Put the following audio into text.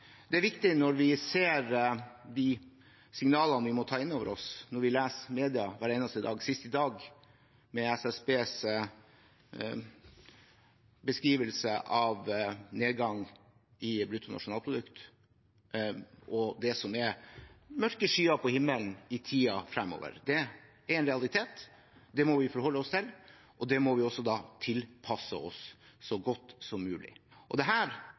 Det er viktig når vi ser de signalene vi må ta inn over oss, når vi leser i media hver eneste dag – sist i dag, med SSBs beskrivelse av nedgang i bruttonasjonalprodukt – om det som er mørke skyer på himmelen i tiden fremover. Det er en realitet, det må vi forholde oss til, og det må vi også tilpasse oss så godt som mulig. Dette mener jeg er